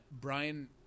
Brian